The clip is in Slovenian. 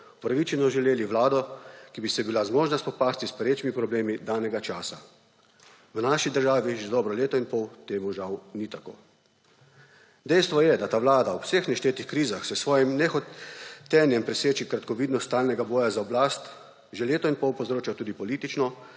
upravičeno želeli vlado, ki bi si bila zmožna spopasti s perečimi problemi danega časa. V naši državi že dobro leto in pol temu žal ni tako. Dejstvo je, da ta vlada ob vseh naštetih krizah s svojim nehotenjem preseči kratkovidnost stalnega boja za oblast, že leto in pol povzroča tudi politično